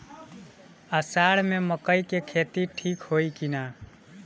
अषाढ़ मे मकई के खेती ठीक होई कि ना?